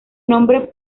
nombre